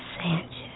Sanchez